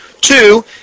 Two